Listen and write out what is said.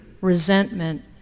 resentment